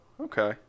okay